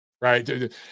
right